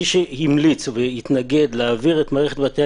מי שהמליץ והתנגד להעביר את מערכת בתי